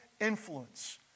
influence